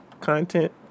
content